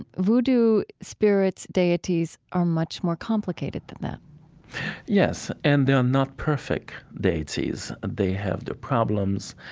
vodou spirits, deities, are much more complicated than that yes. and they're not perfect deities. they have their problems.